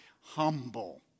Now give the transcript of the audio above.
humble